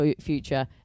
future